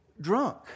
drunk